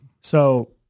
So-